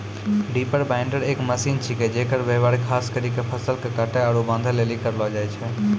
reaper binder एक machine छिकै जेकर व्यवहार खास करी फसल के काटै आरू बांधै लेली करलो जाय छै